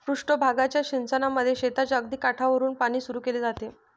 पृष्ठ भागाच्या सिंचनामध्ये शेताच्या अगदी काठावरुन पाणी सुरू केले जाते